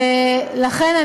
ולכן,